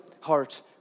heart